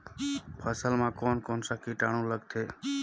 फसल मा कोन कोन सा कीटाणु लगथे?